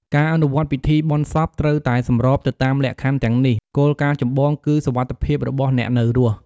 ការអនុវត្តពិធីបុណ្យសពត្រូវតែសម្របទៅតាមលក្ខខណ្ឌទាំងនេះ គោលការណ៍ចម្បងគឺសុវត្ថិភាពរបស់អ្នកនៅរស់។